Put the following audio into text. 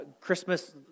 Christmas